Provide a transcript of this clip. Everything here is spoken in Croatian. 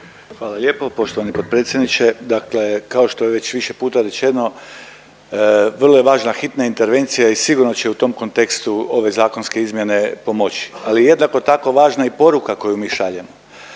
Hvala lijepo poštovani potpredsjedniče. Dakle kao što je već više puta rečeno vrlo je važna hitna intervencija i sigurno će u tom kontekstu ove zakonske izmjene pomoći, ali jednako tako važna je i poruka koju mi šaljemo,